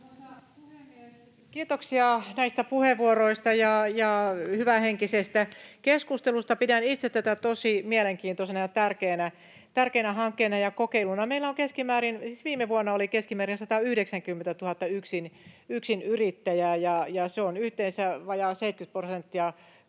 Kiitoksia näistä puheenvuoroista ja hyvähenkisestä keskustelusta. Pidän itse tätä tosi mielenkiintoisena ja tärkeänä hankkeena ja kokeiluna. Meillä oli viime vuonna keskimäärin 190 000 yksinyrittäjää. Se on yhteensä vajaa 70 prosenttia kaikista